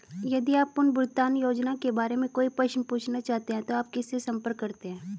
यदि आप पुनर्भुगतान योजनाओं के बारे में कोई प्रश्न पूछना चाहते हैं तो आप किससे संपर्क करते हैं?